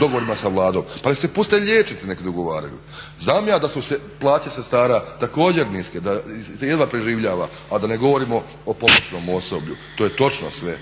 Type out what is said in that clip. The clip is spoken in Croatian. dogovorima sa Vladom pa neka se puste liječnici neka se dogovaraju. Znam ja da su se plaće sestara također niske, da jedva preživljava, a da ne govorimo o pomoćnom osoblju, to je točno sve.